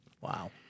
Wow